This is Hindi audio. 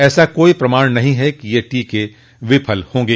ऐसा कोई प्रमाण नहीं है कि यह टीके विफल होंगे